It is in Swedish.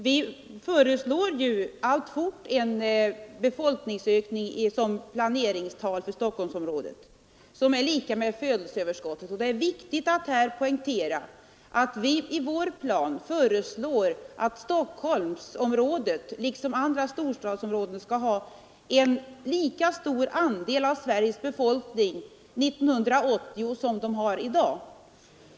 Vi föreslår ju alltfort en befolkningsökning som ingår i planeringstalen för Stockholmsområdet som är lika med födelseöverskottet, och det är viktigt att här poängtera att vi i vår plan föreslår att Stockholmsområdet och andra storstadsområden skall ha en lika stor andel av Sveriges befolkning 1980 som dessa områden har i dag.